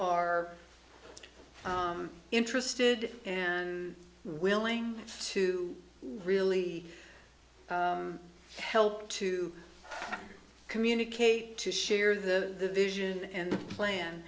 are interested and willing to really help to communicate to share the vision and plan